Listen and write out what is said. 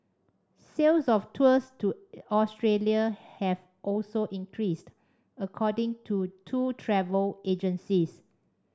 sales of tours to Australia have also increased according to two travel agencies